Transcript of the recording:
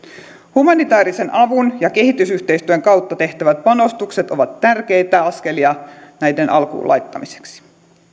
humanitäärisen avun ja kehitysyhteistyön kautta tehtävät panostukset ovat tärkeitä askelia näiden alkuun laittamiseksi